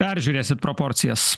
peržiūrėsit proporcijas